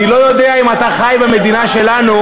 אני לא יודע אם אתה חי במדינה שלנו,